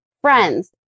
friends